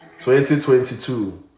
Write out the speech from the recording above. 2022